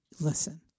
listen